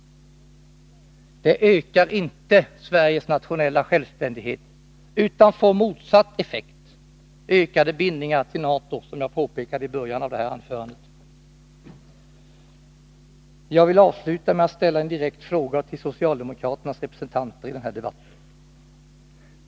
Det ökar inte Sveriges nationella självständighet utan får motsatt effekt, ökade bindningar till NATO, som jag påpekade i början av det här anförandet. Jag vill avsluta mitt anförande med att ställa en fråga till socialdemokraternas representanter i den här debatten.